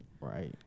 Right